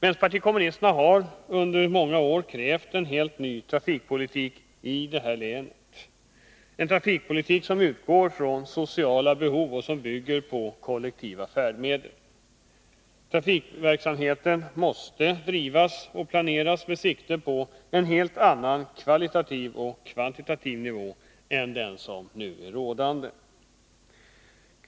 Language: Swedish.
Vpk har under många år krävt en helt ny trafikpolitik i Stockholms län, en trafikpolitik som utgår från sociala behov och som bygger på kollektiva färdmedel. Trafikverksamheten måste drivas och planeras med sikte på en helt annan kvalitativ och kvantitativ nivå än den som nu är rådande.